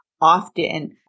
often